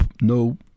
no